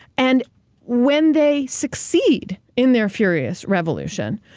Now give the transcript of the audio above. and when they succeed in their furious revolution,